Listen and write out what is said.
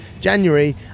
January